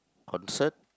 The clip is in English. concert